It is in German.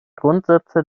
grundsätze